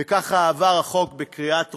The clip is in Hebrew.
וכך עבר החוק בקריאה טרומית.